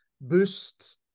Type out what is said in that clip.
boost